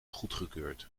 goedgekeurd